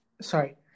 sorry